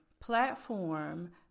platform